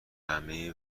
همه